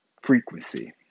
frequency